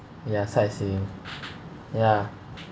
ya sightseeing ya